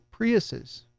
Priuses